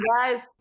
guys